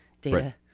Data